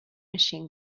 machine